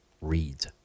reads